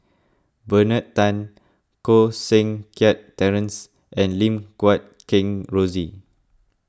Bernard Tan Koh Seng Kiat Terence and Lim Guat Kheng Rosie